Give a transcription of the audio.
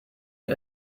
you